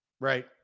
Right